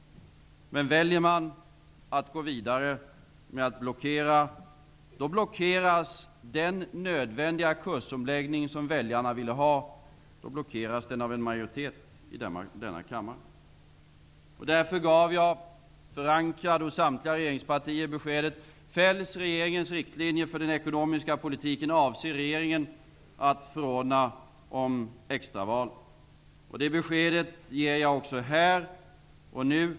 Men väljer oppositionen att gå vidare med att blockera, då blockeras den nödvändiga kursomläggning av en majoritet här i kammaren, en kursomläggning som väljarna ville ha. Jag gav därför beskedet, som är förankrat hos samtliga regeringspartier: fälls regeringens förslag om riktlinjer för den ekonomiska politiken avser regeringen att förordna om extraval. Det beskedet ger jag också här och nu.